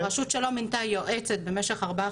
רשות שלא מינתה יועצת במשך ארבעה